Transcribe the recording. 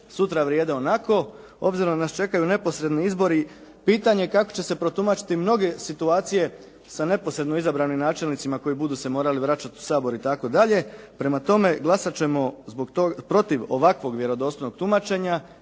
sutra vrijede onako. Obzirom da nas čekaju neposredni izbori pitanje kako će se protumačiti mnoge situacije sa neposredno izabranim načelnicima koji budu se morali vraćati u Sabor itd. Prema tome, glasat ćemo protiv ovakvog vjerodostojnog tumačenja